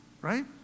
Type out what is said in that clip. right